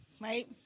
right